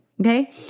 Okay